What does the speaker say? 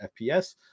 FPS